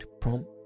prompt